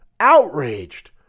outraged